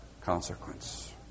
consequence